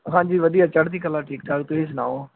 ਹਾਂਜੀ ਵਧੀਆ ਚੜ੍ਹਦੀ ਕਲਾ ਠੀਕ ਠਾਕ ਤੁਸੀਂ ਸੁਣਾਓ